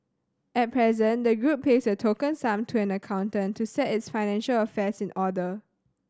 at present the group pays a token sum to an accountant to set its financial affairs in order